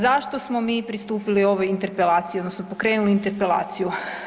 Zašto smo mi pristupili ovoj interpelaciji, odnosno pokrenuli interpelaciju.